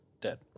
Dead